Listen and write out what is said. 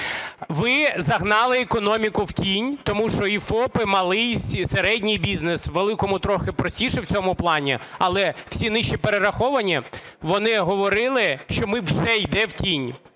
Ви загнали економіку в тінь, тому що і ФОП, і малий, і середній бізнес, великому трохи простіше в цьому плані, але всі нижче перераховані, вони говорили, що ми вже йдемо в тінь,